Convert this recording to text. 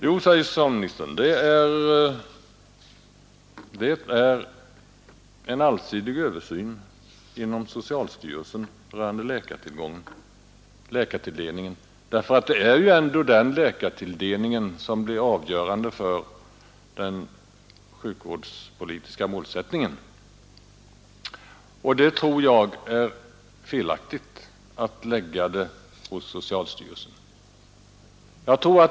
Jo, säger socialministern, det pågår en allsidig översyn inom socialstyrelsen rörande läkartilldelningen. Det är ändå läkartilldelningen som blir avgörande för den sjukvårdspolitiska målsättningen. Jag tror det är felaktigt att lägga detta på socialstyrelsen.